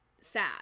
sad